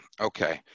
Okay